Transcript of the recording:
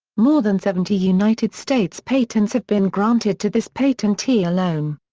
more than seventy united states patents have been granted to this patentee alone.